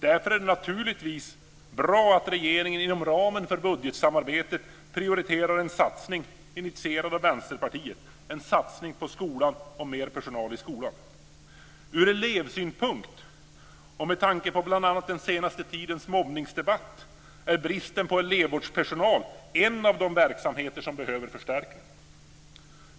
Därför är det naturligtvis bra att regeringen inom ramen för budgetsamarbetet prioriterar en satsning initierad av Vänsterpartiet - en satsning på skolan. Ur elevsynpunkt och med tanke på bl.a. den senaste tidens mobbningsdebatt är bristen på elevvårdspersonal en av de verksamheter som behöver förstärkning.